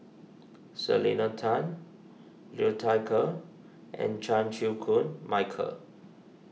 Selena Tan Liu Thai Ker and Chan Chew Koon Michael